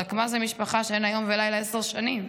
רק מה זה משפחה שאין לה יום ולילה עשר שנים?